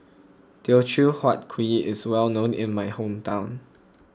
Teochew Huat Kuih is well known in my hometown